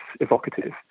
evocative